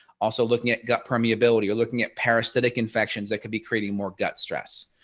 also looking at gut permeability you're looking at parasitic infections that could be creating more gut stress.